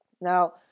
Now